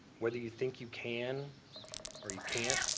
whether you think you can or you can't.